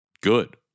good